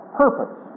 purpose